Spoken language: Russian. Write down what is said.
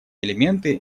элементы